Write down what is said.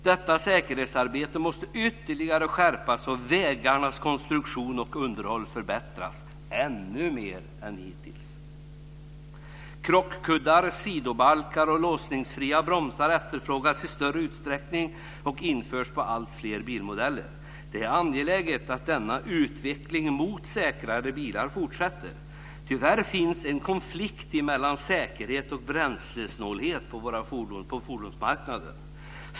Detta säkerhetsarbete måste ytterligare skärpas och vägarnas konstruktion och underhåll förbättras ännu mer än hittills. Krockkuddar, sidobalkar och låsningsfria bromsar efterfrågas i större utsträckning och införs på alltfler bilmodeller. Det är angeläget att denna utveckling mot säkrare bilar fortsätter. Tyvärr finns en konflikt mellan säkerhet och bränslesnålhet på fordonsmarknaden.